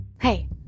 Hey